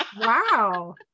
Wow